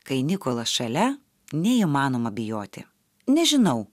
kai nikolas šalia neįmanoma bijoti nežinau